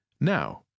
Now